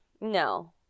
No